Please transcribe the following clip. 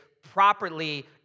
properly